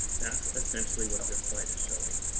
that's essentially what this slide is showing.